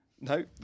no